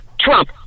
Trump